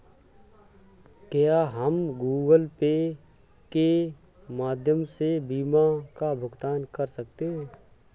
क्या हम Google pay के माध्यम से बीमा का भुगतान कर सकते हैं?